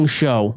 show